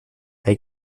hay